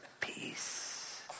peace